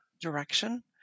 direction